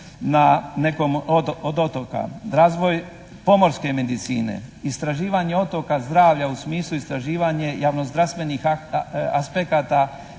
na nekom od otoka, razvoj pomorske medicine, istraživanje otoka zdravlja u smislu istraživanje javnozdravstvenih aspekata